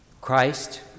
Christ